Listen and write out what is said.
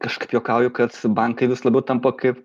kažkaip juokauju kad bankai vis labiau tampa kaip